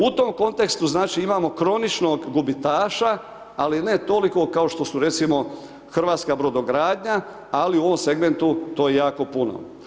U tom kontekstu, znači, imamo kroničnog gubitaša, ali ne toliko kao što su, recimo, Hrvatska brodogradnja, ali u ovom segmentu to je jako puno.